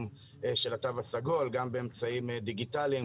של התו הסגול גם באמצעים דיגיטליים,